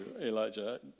Elijah